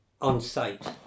on-site